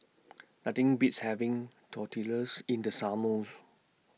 Nothing Beats having Tortillas in The Summer